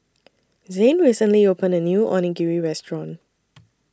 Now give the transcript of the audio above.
Zane recently opened A New Onigiri Restaurant